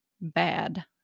bad